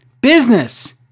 business